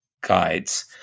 guides